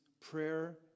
prayer